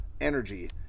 energy